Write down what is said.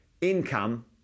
income